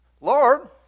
Lord